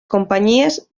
companyies